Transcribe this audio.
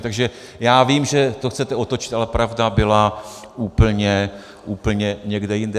Takže já vím, že to chcete otočit, ale pravda byla úplně, úplně někde jinde.